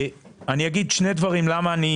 למה אני